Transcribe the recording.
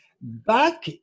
Back